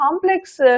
complex